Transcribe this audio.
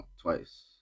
twice